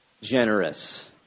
generous